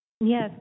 Yes